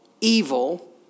evil